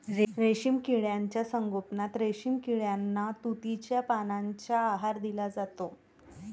रेशीम किड्यांच्या संगोपनात रेशीम किड्यांना तुतीच्या पानांचा आहार दिला जातो